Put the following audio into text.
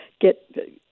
get